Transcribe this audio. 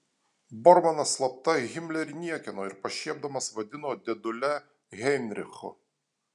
bormanas slapta himlerį niekino ir pašiepdamas vadino dėdule heinrichu